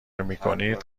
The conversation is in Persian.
میکنید